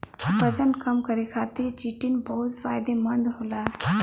वजन कम करे खातिर चिटिन बहुत फायदेमंद होला